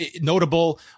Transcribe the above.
notable